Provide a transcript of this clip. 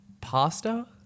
pasta